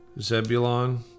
Zebulon